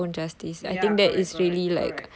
ya correct correct correct